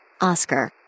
Oscar